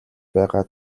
байгаа